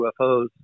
UFOs